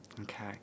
Okay